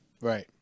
right